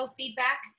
feedback